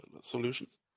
solutions